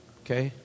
okay